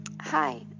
Hi